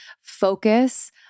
focus